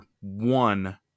one